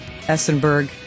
essenberg